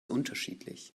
unterschiedlich